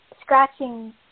Scratching